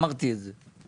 אמרתי את זה.